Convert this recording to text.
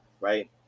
right